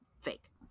fake